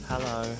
Hello